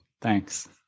Thanks